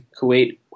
Kuwait